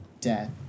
death